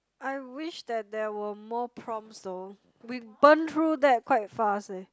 I wish that there were more prompts though we burn through that quite fast eh